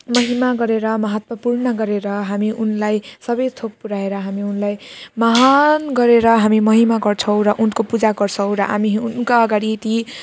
महिमा गरेर महत्त्वपूर्ण गरेर हामी उनलाई सबै थोक पुर्याएर हामी उनलाई महान गरेर हामी महिमा गर्छौँ र उनको पूजा गर्छौँ र हामी उनका अगाडि